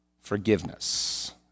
forgiveness